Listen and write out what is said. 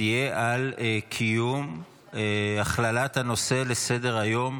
תהיה על קיום הכללת הנושא בסדר-היום